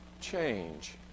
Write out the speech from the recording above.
change